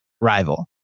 rival